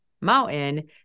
mountain